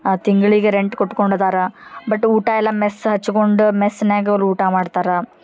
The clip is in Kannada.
ತಿಂಗಳಿಗೆ ರೆಂಟ್ ಕೊಟ್ಕೊಂಡು ಅದಾರ ಬಟ್ ಊಟ ಎಲ್ಲ ಮೆಸ್ ಹಚ್ಕೊಂಡ್ ಮೆಸ್ನ್ಯಾಗ ಅವ್ರು ಊಟ ಮಾಡ್ತಾರೆ